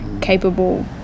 capable